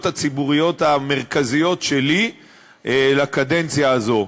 הציבוריות המרכזיות שלי לקדנציה הזאת,